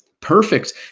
perfect